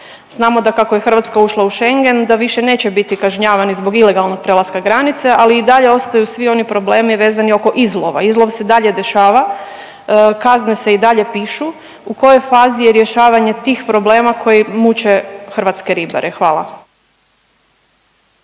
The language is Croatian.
Znamo da kako je Hrvatska ušla u Schengen, da više neće biti kažnjavani zbog ilegalnog prelaska granice, ali i dalje ostaju svi oni problemi vezani oko izlova, izlov se i dalje dešava, kazne se i dalje pišu. U kojoj fazi je rješavanje tih problema koji muče hrvatske ribare? Hvala.